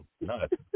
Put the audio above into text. Nuts